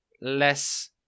less